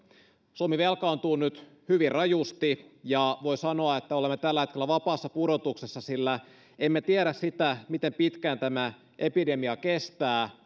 suomi velkaantuu nyt hyvin rajusti ja voi sanoa että olemme tällä hetkellä vapaassa pudotuksessa sillä emme tiedä sitä miten pitkään tämä epidemia kestää